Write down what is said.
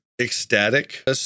Ecstatic